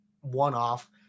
one-off